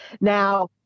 Now